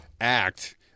act